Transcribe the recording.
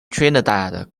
trinidad